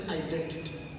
identity